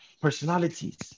personalities